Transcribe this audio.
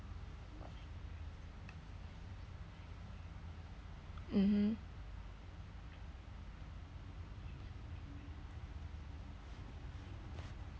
mmhmm